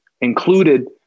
included